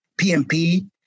PMP